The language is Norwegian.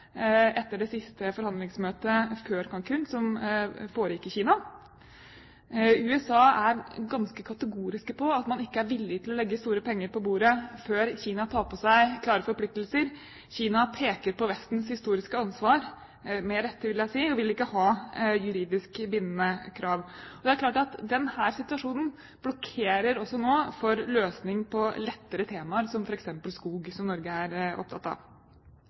etter det siste forhandlingsmøtet før Cancún, som foregikk i Kina. USA er ganske kategorisk på at man ikke er villig til å legge store penger på bordet før Kina tar på seg klare forpliktelser. Kina peker på Vestens historiske ansvar, med rette vil jeg si, og vil ikke ha juridisk bindende krav. Så det er klart at denne situasjonen blokkerer også nå for løsning på lettere temaer, som f.eks. skog, som Norge er opptatt av.